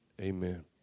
Amen